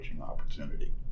opportunity